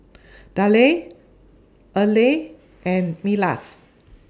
Dale Earley and Milas